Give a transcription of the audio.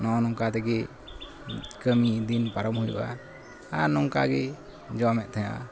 ᱱᱚᱸᱜᱼᱚ ᱱᱚᱝᱠᱟ ᱛᱮᱜᱮ ᱠᱟᱹᱢᱤᱭ ᱫᱤᱱ ᱯᱟᱨᱚᱢ ᱦᱩᱭᱩᱜᱼᱟ ᱟᱨ ᱱᱚᱝᱠᱟᱜᱮ ᱡᱚᱢᱮᱫ ᱛᱮᱦᱮᱸᱫᱼᱟ